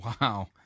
Wow